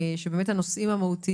שבאמת אנחנו נעסוק בנושאים המהותיים